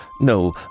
No